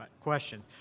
question